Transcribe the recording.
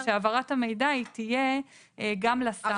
כן, שהעברת המידע היא תהיה גם לשר.